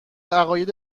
عقاید